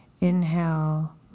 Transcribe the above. Inhale